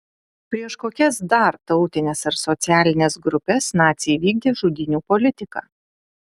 prieš kokias dar tautines ar socialines grupes naciai vykdė žudynių politiką